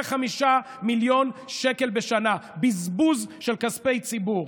25 מיליון שקל בשנה בזבוז של כספי ציבור.